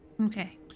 Okay